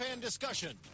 discussion